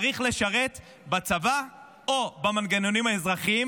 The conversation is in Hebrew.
צריך לשרת בצבא או במנגנונים האזרחיים